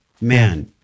Man